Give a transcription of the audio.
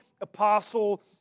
apostle